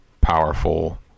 powerful